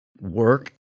work